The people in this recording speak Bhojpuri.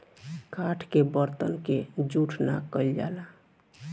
काठ के बरतन के जूठ ना कइल जाला